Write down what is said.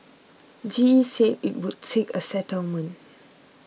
G E said it would seek a settlement